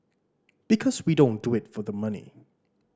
because we don't do it for the money